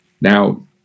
Now